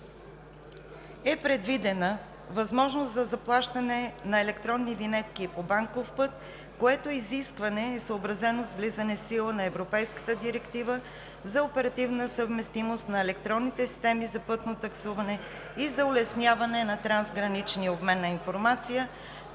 е предвидена възможност за заплащане на електронни винетки по банков път, което изискване е съобразено с влизане в сила на Европейската директива за оперативна съвместимост на електронните системи за пътно таксуване и за улесняване на трансграничния обмен на информация